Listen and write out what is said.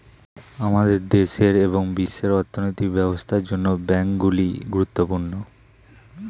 আমাদের দেশের এবং বিশ্বের অর্থনৈতিক ব্যবস্থার জন্য ব্যাংকগুলি গুরুত্বপূর্ণ